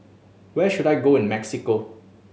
where should I go in Mexico